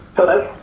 hello?